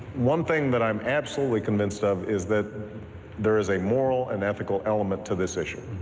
one thing that i'm absolutely convinced of is that there is a moral and ethical element to this issue.